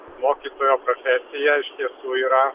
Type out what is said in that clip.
mokytojo profesija iš tiesų yra